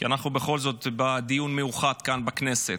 כי אנחנו בכל זאת בדיון מיוחד כאן בכנסת.